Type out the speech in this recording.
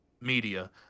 media